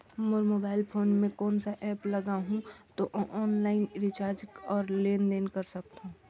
मोर mobile phone मे कोन सा एप्प लगा हूं तो ऑनलाइन रिचार्ज और लेन देन कर सकत हू?